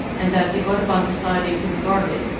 and that the audubon society would guard it,